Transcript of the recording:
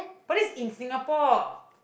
but that's in Singapore